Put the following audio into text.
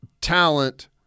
talent